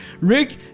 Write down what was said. Rick